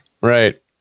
Right